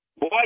boy